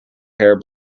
hair